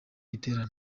giterane